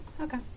Okay